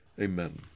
Amen